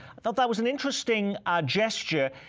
i thought that was an interesting gesture.